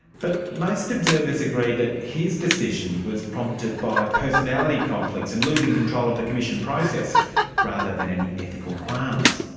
but most observers agree that his decision was prompted by personality conflicts and losing control of the commission process rather than any ethical qualms.